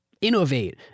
innovate